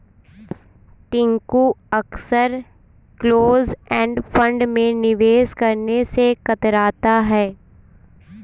टिंकू अक्सर close end fund में निवेश करने से कतराता है